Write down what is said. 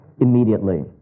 immediately